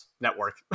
Network